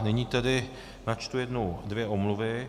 Nyní tedy načtu jednu, dvě omluvy.